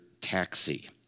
taxi